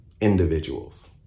individuals